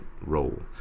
role